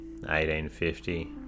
1850